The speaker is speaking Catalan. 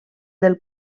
del